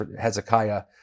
Hezekiah